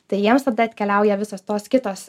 tai jiems tada atkeliauja visos tos kitos